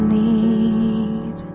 need